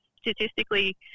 statistically